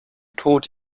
tod